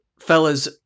fellas